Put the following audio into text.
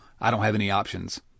I-don't-have-any-options